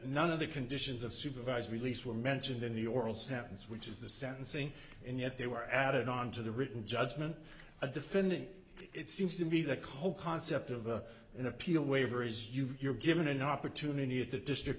none of the conditions of supervised release were mentioned in the oral sentence which is the sentencing and yet they were added on to the written judgment of defendant it seems to be the cold concept of an appeal waiver is you're given an opportunity at the district